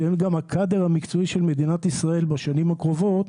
שהם גם ה"קאדר" המקצועי של מדינת ישראל בשנים הקרובות,